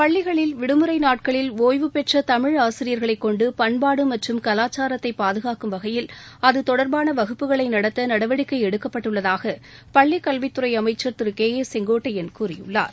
பள்ளிகளில் விடுமுறை நாட்களில் ஓய்வுபெற்ற தமிழ் ஆசிரியர்களைக் கொண்டு பண்பாடு மற்றும் கலாச்சாரத்தை பாதகாக்கும் வகையில் அது தொடர்பான வகுப்புகளை நடத்த நடவடிக்கை எடுக்கப்பட்டுள்ளதாக பள்ளிக் கல்வித்துறை அமைச்சர் திரு கே ஏ செங்கோட்டையன் கூறியுள்ளார்